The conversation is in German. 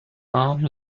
arm